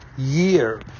year